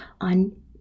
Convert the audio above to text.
on